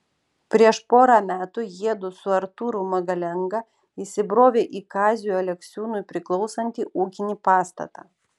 prieš porą metų jiedu su artūru magalenga įsibrovė į kaziui aleksiūnui priklausantį ūkinį pastatą